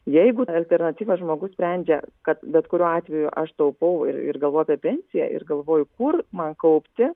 jeigu alternatyvas žmogus sprendžia kad bet kuriuo atveju aš taupau ir ir galvoju apie pensiją ir galvoju kur man kaupti